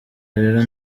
rero